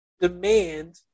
demand